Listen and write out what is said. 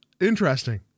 Interesting